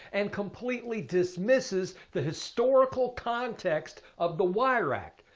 and completely dismisses the historical context of the wire act.